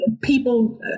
people